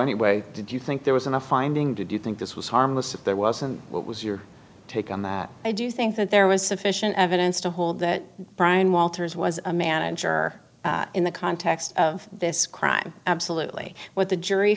anyway did you think there was enough finding did you think this was harmless if there was and what was your take on that i do think that there was sufficient evidence to hold that brian walters was a manager in the context of this crime absolutely what the jury